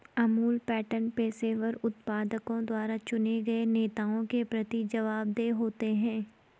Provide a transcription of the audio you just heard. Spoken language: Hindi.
अमूल पैटर्न पेशेवर उत्पादकों द्वारा चुने गए नेताओं के प्रति जवाबदेह होते हैं